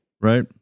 right